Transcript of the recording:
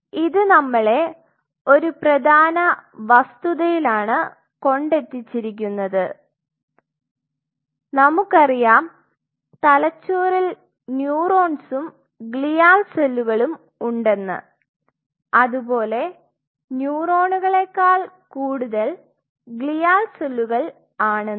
ഇത് നമ്മളെ ഒരു പ്രധാന വസ്തുതയിലാണ് കൊണ്ടെത്തിച്ചിരിക്കുന്നത് അത് നമുക്കറിയാം തലച്ചോറിൽ ന്യൂറോൺസും ഗ്ലിയൽ സെല്ലുകളും ഉണ്ടെന്ന് അതുപോലെ ന്യൂറോണുകളെകാൾ കൂടുതൽ ഗ്ലിയൽ സെല്ലുകൾ ആണെന്നും